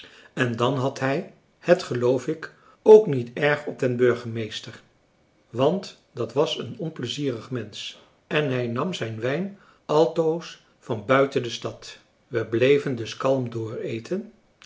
en dan had hij het geloof ik ook niet erg op den burgemeester want dat was een onpleizierig mensch en hij nam zijn wijn altoos van buiten de stad we bleven dus kalm